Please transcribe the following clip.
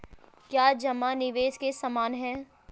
क्या जमा निवेश के समान है?